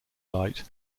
light